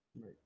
Right